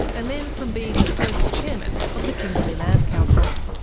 and then from being the first chairman of the kimberley land council.